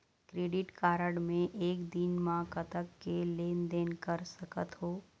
Credit card मे एक दिन म कतक के लेन देन कर सकत हो?